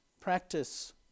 practice